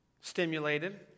stimulated